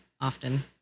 often